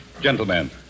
Gentlemen